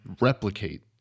replicate